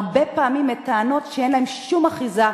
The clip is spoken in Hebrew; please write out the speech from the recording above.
הרבה פעמים בטענות שאין להן שום אחיזה,